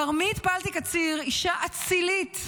כרמית פלטי קציר, אישה אצילית,